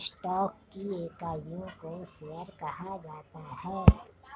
stock की इकाइयों को शेयर कहा जाता है